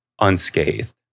unscathed